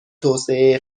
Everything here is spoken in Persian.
توسعه